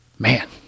Man